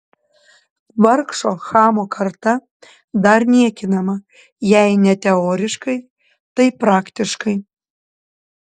vargšo chamo karta dar niekinama jei ne teoriškai tai praktiškai